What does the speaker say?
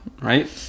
right